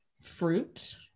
fruit